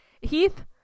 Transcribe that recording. Heath